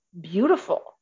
beautiful